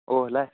ꯑꯣ ꯂꯥꯛꯑꯦ